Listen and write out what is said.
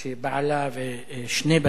שבעלה ושני בניה,